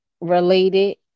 related